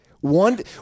One